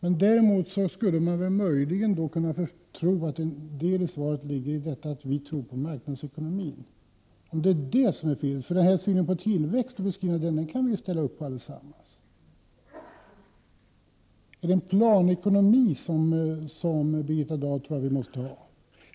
En del av svaret skulle möjligen kunna vara att vi tror på marknadsekonomin, för synen på tillväxten och beskrivningen av den kan vi ju ställa upp på allesammans. Är det planekonomi som Birgitta Dahl tror att vi måste ha?